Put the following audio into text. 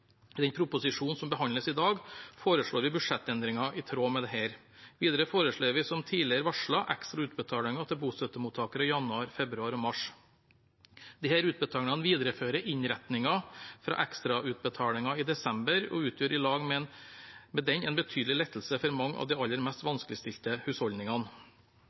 I den proposisjonen som behandles i dag, foreslår vi budsjettendringer i tråd med dette. Videre foreslår vi, som tidligere varslet, ekstra utbetalinger til bostøttemottakerne i januar, februar og mars. Disse utbetalingene viderefører innretningen fra ekstrautbetalingen i desember og utgjør i lag med den en betydelig lettelse for mange av de aller mest vanskeligstilte husholdningene.